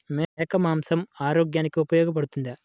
మేక మాంసం ఆరోగ్యానికి ఉపయోగపడుతుందా?